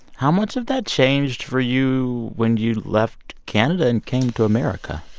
how much of that changed for you when you left canada and came to america?